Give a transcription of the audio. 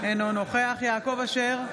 אינו נוכח יעקב אשר,